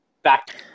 Back